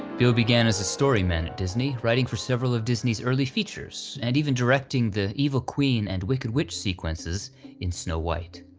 bill began as a story-man at disney, writing for several of disney's early features, and even directing the evil queen and wicked witch sequences in snow white.